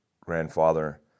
grandfather